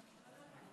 של חבר הכנסת עמר